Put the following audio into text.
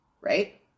Right